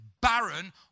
barren